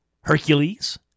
Hercules